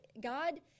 God